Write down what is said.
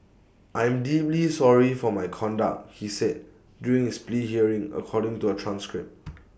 I am deeply sorry for my conduct he said during his plea hearing according to A transcript